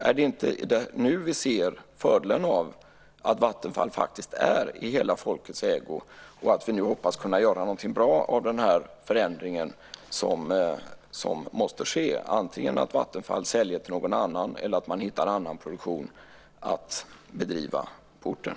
Är det inte nu vi ser fördelen med att Vattenfall faktiskt är i hela folkets ägo? Nu hoppas vi kunna göra något bra av den förändring som måste ske, antingen att Vattenfall säljer till någon annan eller att man hittar annan produktion att bedriva på orten.